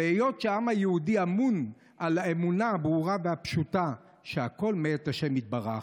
והיות שהעם היהודי אמון על האמונה הברורה והפשוטה שהכול מאת השם יתברך,